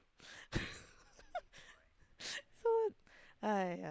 so !aiyah!